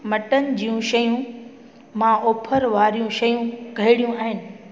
mutton जूं शयूं मां ऑफर वारियूं शयूं कहिड़ियूं आहिनि